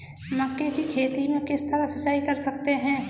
मक्के की खेती में किस तरह सिंचाई कर सकते हैं?